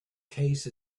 case